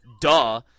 duh